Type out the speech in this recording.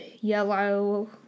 yellow